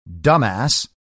dumbass